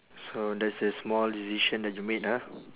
so that's the small decision that you made ah